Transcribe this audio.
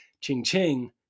ching-ching